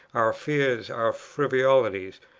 our fears, our frivolities,